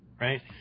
right